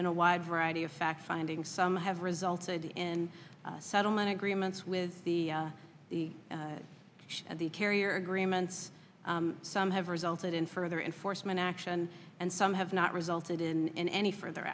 been a wide variety of fact finding some have resulted in settlement agreements with the of the carrier agreements some have resulted in further enforcement action and some have not resulted in any further